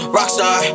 Rockstar